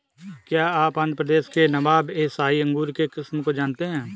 क्या आप आंध्र प्रदेश के अनाब ए शाही अंगूर के किस्म को जानते हैं?